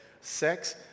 sex